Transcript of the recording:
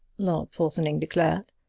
lord porthoning declared.